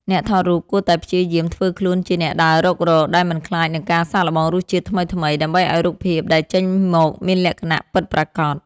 អ្នកថតរូបគួរតែព្យាយាមធ្វើខ្លួនជា អ្នកដើររុករក ដែលមិនខ្លាចនឹងការសាកល្បងរសជាតិថ្មីៗ ដើម្បីឱ្យរូបភាពដែលចេញមកមានលក្ខណៈពិតប្រាកដ។